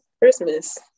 Christmas